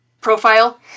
profile